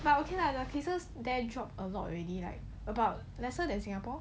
but okay lah the cases there drop a lot already like about lesser than singapore